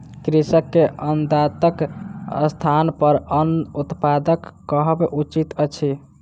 कृषक के अन्नदाताक स्थानपर अन्न उत्पादक कहब उचित अछि